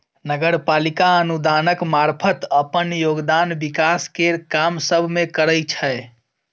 नगर पालिका अनुदानक मारफत अप्पन योगदान विकास केर काम सब मे करइ छै